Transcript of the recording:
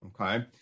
Okay